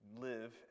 live